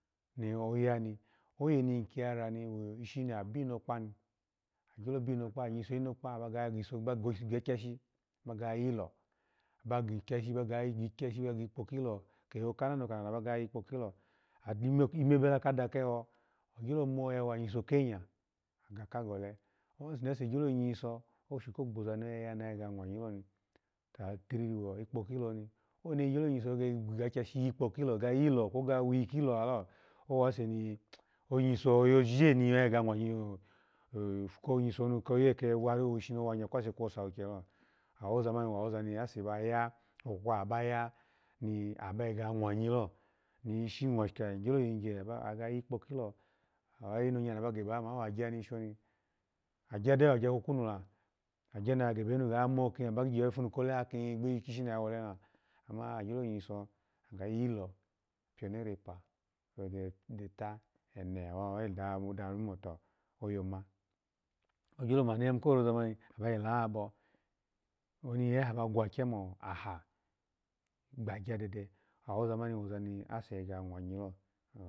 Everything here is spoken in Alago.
Ni oya oye ni kiyara wo ishi na binokpa ni, agyolo bi nakpa, ayiso inokpa abaga gigya shi ba ga yilo, bagi gyashi ga yi kpokilo, keho kanaho kanano baga yikpokilo a gbi mebela ka dakeho, agyolo mo bawa agyiso kenya ga kaha gole, owoni ase gyo yi so oshu ko gboza no yaya gege ya mwanyi loni, ta ta tiriri wikpokiloni, woni gyolo yiso ga ga yikpokilo kwe yilo lalo kyash ga yilo lalo kwe ga wikilo ni lalo, owase ni nyiso oyojije ni oya gege ya mwa nyi ooh ipu koyi sani ishi koyi luke ku hi kwe anya kwasa kwe osa wokye ni lalo, owoza mani woza ni ose baya ogwa abaya ni aba gege ya mwanyilo nishi mwashi ka igyolo yigye aba ga yikpokilo awayi nonya naba geba ha ma wa gya ishi oni, agyade wa agya kokwunu la, agya ni oya gebenu gamo ki aba bogunu kole ha ki gbeyi kishi ni oya wolemu, ama agyolo yiso ga yilo, pyo ne rupa, geta ene awa wayi labo danu moto oya ma, ogyolo manu ya yimo koroza man abayi labo, oni ya yaha bagwagya mo aha gbagya dede a woza mani, awoza ni aseya gege ya mwunyilo